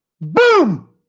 Boom